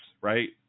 right